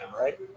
right